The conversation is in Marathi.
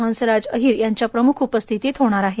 हंसराज अहिर यांच्या प्रमुख उपस्थितीत होणार आहे